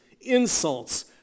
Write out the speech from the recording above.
insults